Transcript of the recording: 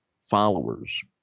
followers